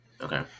Okay